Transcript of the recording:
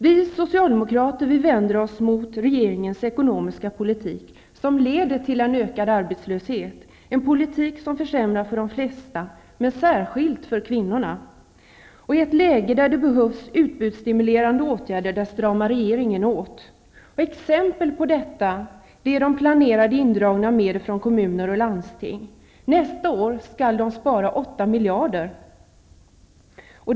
Vi socialdemokrater vänder oss mot regeringens ekonomiska politik, som leder till ökad arbetslöshet, en politik som försämrar för de flesta och särskilt för kvinnorna. I ett läge där det behövs utbudsstimulerande åtgärder stramar regeringen åt. Exempel på detta är de planerade indragningarna av medel från kommuner och landsting. Nästa år skall åtta miljarder sparas.